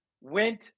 went